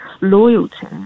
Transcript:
loyalty